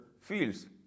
fields